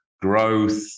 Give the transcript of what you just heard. Growth